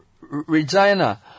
Regina